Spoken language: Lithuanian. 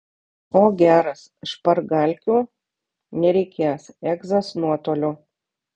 o geras špargalkių nereikės egzas nuotoliu